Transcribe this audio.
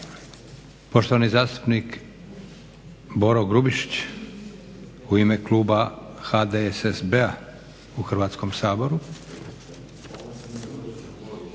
Poštovani zastupnik Boro Grubišić u ime kluba HDSSB-a u Hrvatskom saboru.